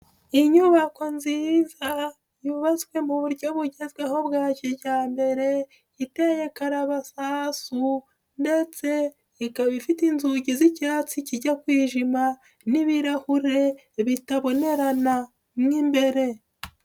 Iyi nyubako nziza yubatswe mu buryo bugezweho bwa kijyambere iteye karabasasu ndetse ikaba ifite inzugi z'icyatsi zijya kwijima n'ibirahure bitabonerana mo imbere.